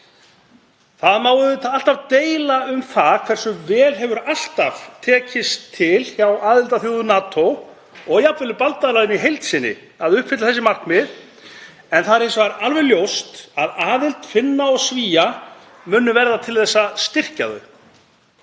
Það má auðvitað alltaf deila um það hversu vel hefur alltaf tekist til hjá aðildarþjóðum NATO og jafnvel í bandalaginu í heild sinni að uppfylla þessi markmið en það er hins vegar alveg ljóst að aðild Finna og Svía mun verða til þess að styrkja þau.